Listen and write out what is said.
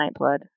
Nightblood